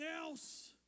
else